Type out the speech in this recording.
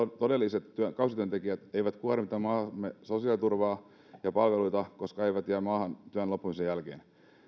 todelliset kausityöntekijät eivät kuormita maamme sosiaaliturvaa ja palveluita koska he eivät jää maahan työn loppumisen jälkeen